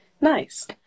nice